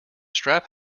strap